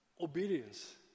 obedience